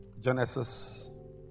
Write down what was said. Genesis